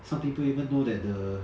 some people even know that the